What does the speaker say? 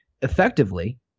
effectively